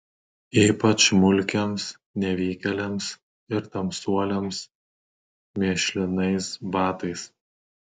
ypač mulkiams nevykėliams ir tamsuoliams mėšlinais batais